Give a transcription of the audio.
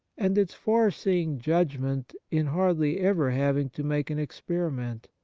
and its far seeing judgment in hardly ever having to make an experiment,